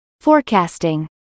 Forecasting